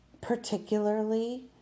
particularly